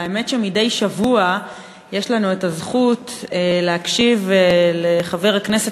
והאמת היא שמדי שבוע יש לנו הזכות להקשיב לחבר הכנסת